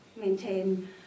maintain